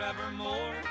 forevermore